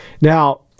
Now